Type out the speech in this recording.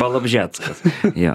balobžiatskas jo